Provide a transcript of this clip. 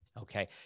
Okay